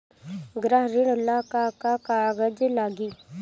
गृह ऋण ला का का कागज लागी?